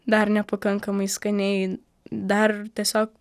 dar nepakankamai skaniai dar tiesiog